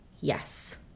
Yes